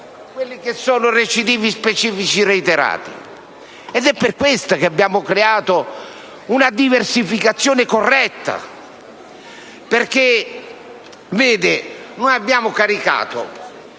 quelli che sono recidivi specifici reiterati. È per questo che abbiamo creato una corretta diversificazione. Perché, vede, noi abbiamo caricato